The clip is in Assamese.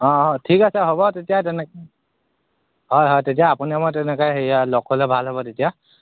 অঁ অঁ ঠিক আছে হ'ব তেতিয়া তেনে হয় হয় তেতিয়া আপুনিয়ে মইয়ে তেনেকৈ হেৰি আৰু লগ কৰিলে ভাল হ'ব তেতিয়া